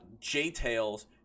J-Tails